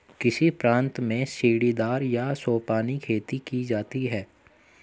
किस प्रांत में सीढ़ीदार या सोपानी खेती की जाती है?